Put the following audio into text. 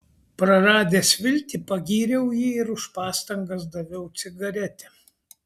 praradęs viltį pagyriau jį ir už pastangas daviau cigaretę